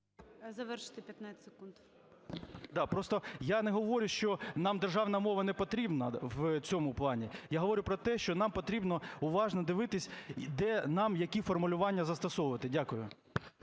Завершуйте, 15 секунд.